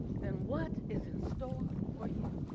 then what is in store for you?